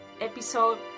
episode